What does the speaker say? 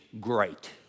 great